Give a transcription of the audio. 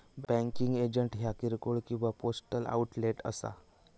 banking agent ह्या किरकोळ किंवा पोस्टल आउटलेट असा